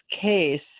case